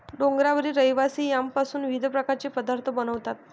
डोंगरावरील रहिवासी यामपासून विविध प्रकारचे पदार्थ बनवतात